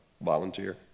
Volunteer